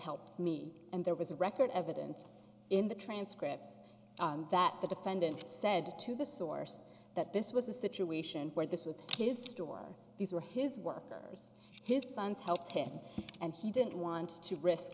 helped me and there was a record evidence in the transcripts that the defendant said to the source that this was a situation where this was his store these were his workers his sons helped him and he didn't want to risk